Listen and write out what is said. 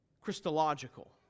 christological